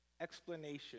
explanation